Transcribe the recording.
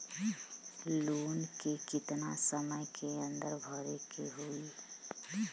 Loan के कितना समय के अंदर भरे के होई?